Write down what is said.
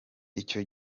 icyo